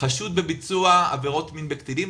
חשוד בביצוע עבירות מין בקטינים.